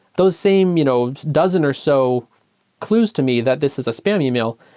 those same you know dozen or so clues to me that this is a spam email.